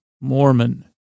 Mormon